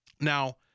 Now